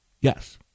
Yes